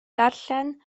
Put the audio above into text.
darllen